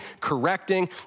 correcting